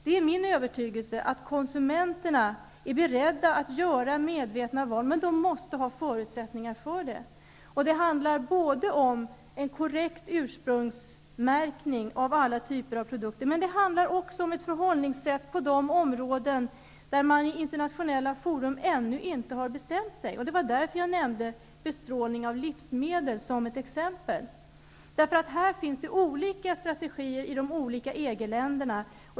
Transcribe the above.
Det är min övertygelse att konsumenterna är beredda att göra medvetna val, men de måste ha förutsättnigar för det. Det handlar både om en korrekt ursprungsmärkning av alla typer av produkter och ett förhållningssätt på de områden där man i internationella fora ännu inte har bestämt sig. Det var därför jag nämnde bestrålning av livsmedel som ett exempel. Här finns olika strategier i de olika EG-länderna.